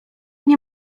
nie